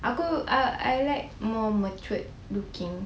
aku ah I like more matured looking